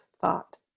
thought